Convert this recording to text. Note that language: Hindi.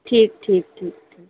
ठीक ठीक ठीक ठीक